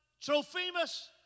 Trophimus